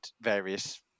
various